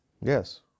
Yes